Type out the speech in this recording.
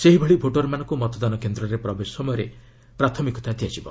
ସେହିଭଳି ଭୋଟରମାନଙ୍କୁ ମତଦାନ କେନ୍ଦ୍ରରେ ପ୍ରବେଶ ସମୟରେ ପ୍ରାଥମିକତା ଦିଆଯିବ